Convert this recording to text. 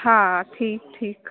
हा ठीकु ठीकु